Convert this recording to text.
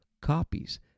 copies